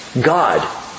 God